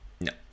No